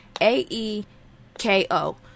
A-E-K-O